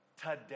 today